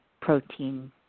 protein